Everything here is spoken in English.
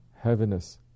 heaviness